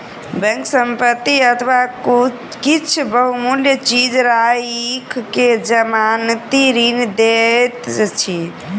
bank संपत्ति अथवा किछ बहुमूल्य चीज राइख के जमानती ऋण दैत अछि